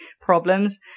problems